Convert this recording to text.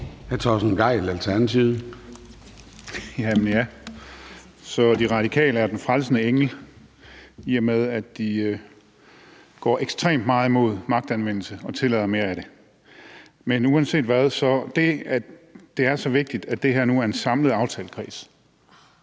Torsten Gejl (ALT): Så De Radikale er den frelsende engel, i og med at de går ekstremt meget mod magtanvendelse og tillader mere af det. I forhold til det med, at det er så vigtigt, at det her nu er en samlet aftalekreds,